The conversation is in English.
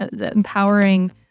empowering